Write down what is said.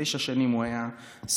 תשע שנים הוא היה שר,